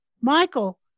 Michael